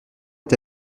est